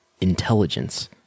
intelligence